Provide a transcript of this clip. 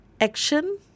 action